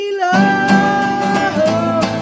love